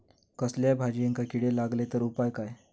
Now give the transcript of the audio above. कसल्याय भाजायेंका किडे लागले तर उपाय काय?